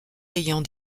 ayant